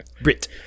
Brit